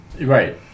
Right